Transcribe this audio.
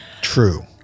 True